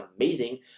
amazing